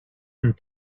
and